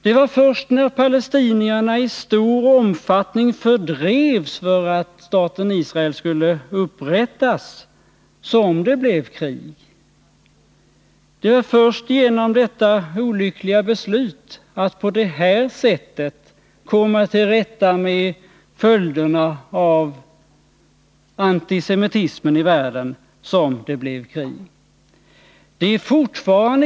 Det var först när palestinierna i stor omfattning fördrevs, därför att staten Israel skulle upprättas, som det blev krig. Det var först genom detta olyckliga beslut att på det här sättet komma till rätta med följderna av antisemitismen i världen som det blev krig.